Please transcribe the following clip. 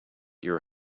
your